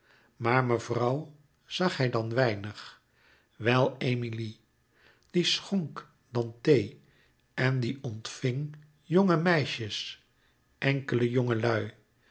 maar mevrouw zag hij dan weinig wel emilie die schonk dan thee en die ontving jonge meisjes enkele jongelui